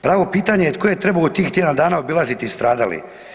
Pravo pitanje je tko je trebao u tih tjedan dana obilaziti stradale?